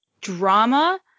drama